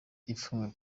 ipfunwe